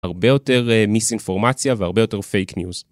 הרבה יותר מיסאינפורמציה והרבה יותר פייק ניוז.